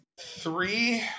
three